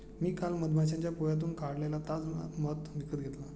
मी काल मधमाश्यांच्या पोळ्यातून काढलेला ताजा मध विकत घेतला